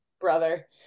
brother